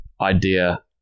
idea